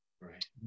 right